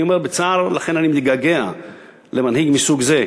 אני אומר בצער, לכן אני מתגעגע למנהיג מסוג זה,